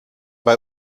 bei